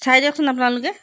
চাই দিয়কচোন আপোনালোকে